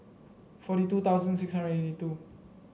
forty two thousand six hundred and eighty two